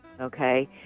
okay